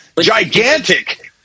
gigantic